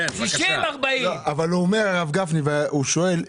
60-40. אבל הרב גפני שואל,